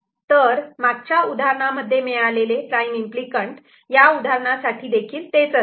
तर मागच्या उदाहरणांमध्ये मिळालेले प्राईम इम्पली कँट या उदाहरणासाठी देखील तेच असतील